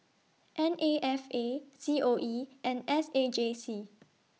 N A F A C O E and S A J C